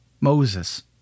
Moses